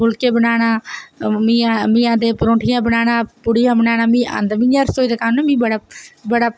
फुल्के बनाना मी मिगी आखदे परौंठियां बनाना पूड़ियां बनाना मिगी आंदा मिगी इयां रसोई दा कम्म ना मिगी बड़ा बड़ा